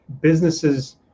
businesses